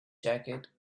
jacket